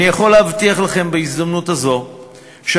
אני יכול להבטיח לכם בהזדמנות הזו שאנחנו